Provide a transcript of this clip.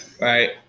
Right